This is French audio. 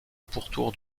pourtour